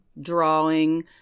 drawing